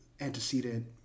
antecedent